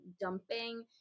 dumping